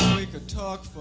we could talk for.